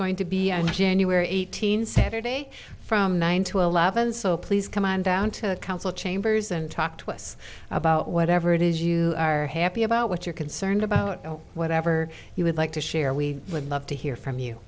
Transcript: going to be on january eighteenth saturday from nine to eleven so please come on down to council chambers and talk to us about whatever it is you are happy about what you're concerned about whatever you would like to share we would love to hear from you